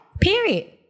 Period